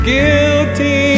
Guilty